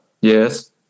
Yes